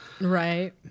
right